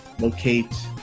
locate